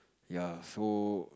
ya so